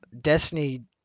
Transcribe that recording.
Destiny